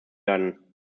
werden